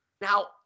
Now